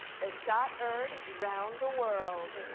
the shot heard round the world.